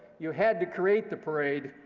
you had to create the parade.